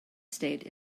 state